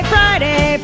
Friday